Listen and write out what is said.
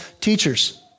teachers